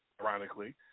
ironically